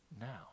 now